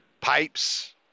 pipes